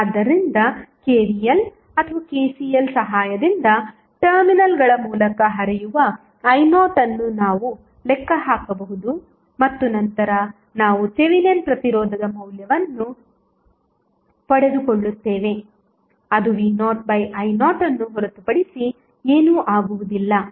ಆದ್ದರಿಂದ KVL ಅಥವಾ KCL ಸಹಾಯದಿಂದ ಟರ್ಮಿನಲ್ಗಳ ಮೂಲಕ ಹರಿಯುವ i0 ಅನ್ನು ನಾವು ಲೆಕ್ಕ ಹಾಕಬಹುದು ಮತ್ತು ನಂತರ ನಾವು ಥೆವೆನಿನ್ ಪ್ರತಿರೋಧದ ಮೌಲ್ಯವನ್ನು ಪಡೆದುಕೊಳ್ಳುತ್ತೇವೆ ಅದು v0i0 ಅನ್ನು ಹೊರತುಪಡಿಸಿ ಏನೂ ಆಗುವುದಿಲ್ಲ